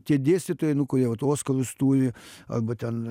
tie dėstytojai nu kurie vat oskarus turi arba ten